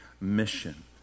mission